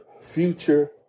future